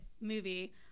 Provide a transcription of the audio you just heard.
movie